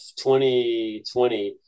2020